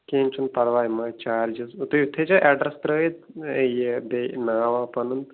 کیٚنٛہہ چھُنہٕ پَرواے ما چارجِز تُہۍ تھٲے زیٚو ایٚڈرَس ترٛٲیِتھ یہِ بیٚیہِ ناو واو پَنُن